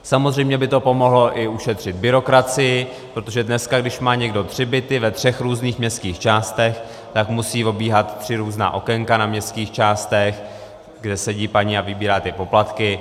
Samozřejmě by to pomohlo i ušetřit byrokracii, protože dneska když má někdo tři byty ve třech různých městských částech, tak musí obíhat tři různá okénka na městských částech, kde sedí paní a vybírá ty poplatky.